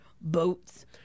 boats